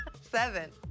Seven